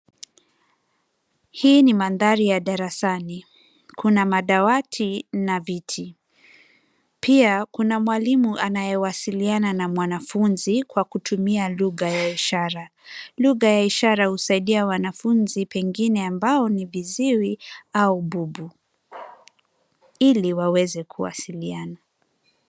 Hii ni mandhari ya darasani. Kuna madawati na viti, pia kuna mwalimu anayewasiliana na mwanafunzi kwa kutumia lugha ya ishara. Lugha ya ishara husaidia wanafunzi pengine ambao ni viziwi au bubu ili waweze kuwasiliana.